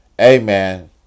amen